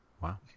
Wow